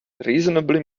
reasonably